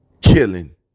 Killing